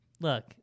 Look